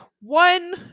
one